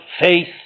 faith